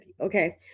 Okay